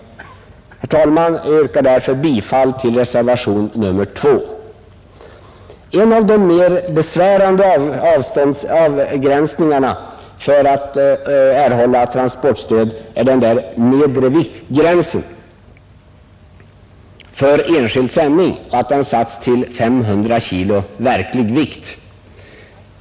Jag yrkar därför bifall till reservationen 2. En av de mer besvärande avgränsningarna för erhållande av transportstöd är att den nedre viktgränsen för enskild sändning satts till 500 kg verklig vikt.